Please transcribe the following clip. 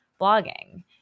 blogging